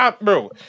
Bro